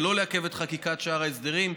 וכדי לא לעכב את חקיקת שאר ההסדרים,